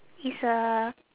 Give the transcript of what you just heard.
it's a